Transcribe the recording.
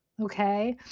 Okay